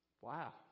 Wow